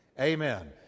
amen